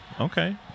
Okay